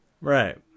Right